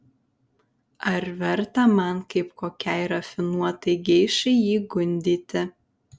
ar verta man kaip kokiai rafinuotai geišai jį gundyti